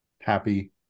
happy